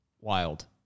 wild